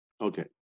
Okay